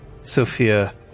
Sophia